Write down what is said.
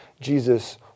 Jesus